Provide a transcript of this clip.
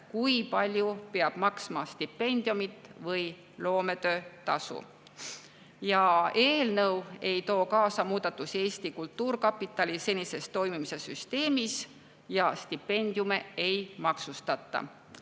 kui palju peaks stipendiumit või loometöötasu maksma. Eelnõu ei too kaasa muudatusi Eesti Kultuurkapitali senises toimimises ja stipendiume ei maksustata.